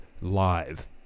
live